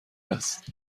است